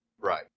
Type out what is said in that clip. Right